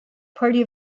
party